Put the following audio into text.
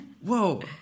Whoa